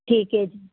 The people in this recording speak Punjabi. ਠੀਕ ਹੈ ਜੀ